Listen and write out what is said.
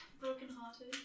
broken-hearted